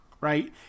Right